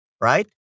right